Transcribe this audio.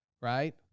right